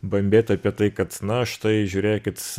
bambėt apie tai kad na štai žiūrėkit